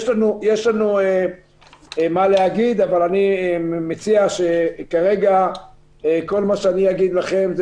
יש לנו מה לומר אבל אני מציע שכרגע כל מה שאני אומר לכם,